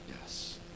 Yes